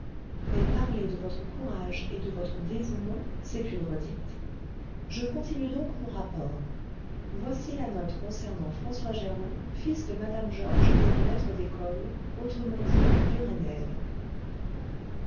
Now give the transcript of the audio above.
mais parler de votre courage et de votre dévouement c'est une redite je continue donc mon rapport voici la note concernant françois germain fils de mme georges et du maître d'école autrement dit